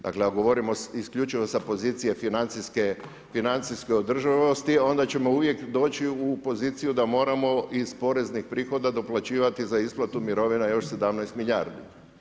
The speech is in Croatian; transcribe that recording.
Dakle ako govorimo isključivo sa pozicije financijske održivosti onda ćemo uvijek doći u poziciju da moramo iz poreznih prihoda doplaćivati za isplatu mirovina još 17 milijardi.